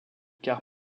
car